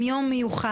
עם יום מיוחד,